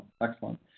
excellent